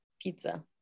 Pizza